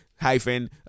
hyphen